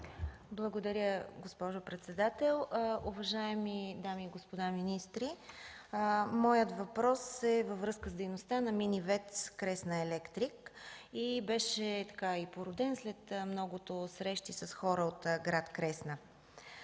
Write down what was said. Благодаря, госпожо председател. Уважаеми дами и господа министри! Моят въпрос е във връзка с дейността на мини ВЕЦ „Кресна Електрик” и беше породен след много срещи с хора от град Кресна.